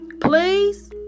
Please